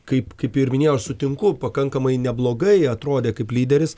kaip kaip ir minėjau sutinku pakankamai neblogai atrodė kaip lyderis